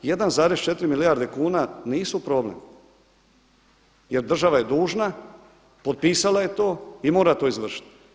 1,4 milijarde kuna nisu problem, jer država je dužna, potpisala je to i mora to izvršiti.